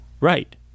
Right